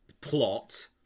plot